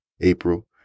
April